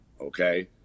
okay